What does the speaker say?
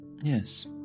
yes